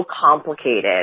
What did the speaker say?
complicated